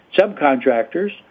subcontractors